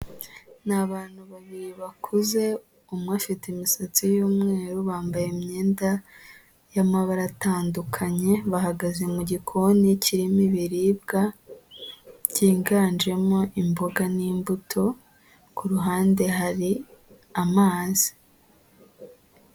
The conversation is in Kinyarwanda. Ni abantu babiri bakuze, umwe afite imisatsi y'umweru, bambaye imyenda y'amabara atandukanye, bahagaze mu gikoni kirimo ibiribwa byiganjemo imboga n'imbuto, ku ruhande hari amazi.